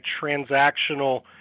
transactional